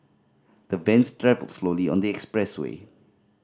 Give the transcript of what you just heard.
the vans travelled slowly on the expressway